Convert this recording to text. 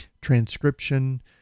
transcription